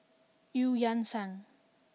Eu Yan Sang